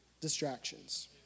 distractions